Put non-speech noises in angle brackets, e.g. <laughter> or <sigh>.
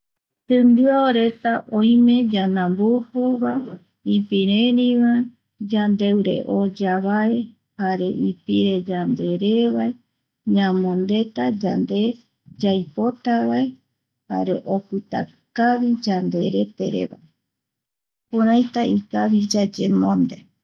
Timbio <noise> reta oime yandambujuva, <noise> ipirerivae, yandeu re oyavae, jare ipire yandere vae yamondeta yande yaipotavae jare opitakavi yanderetereva kuraita ikavi yayemonde